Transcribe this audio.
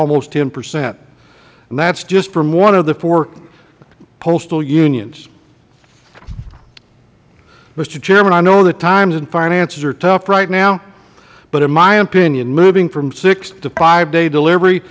almost ten percent and that is just from one of the four postal unions mister chairman i know that times and finances are tough right now but in my opinion moving from six to five day delivery